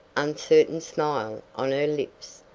uncertain smile on her lips,